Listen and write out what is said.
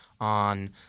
on